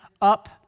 up